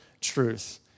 truth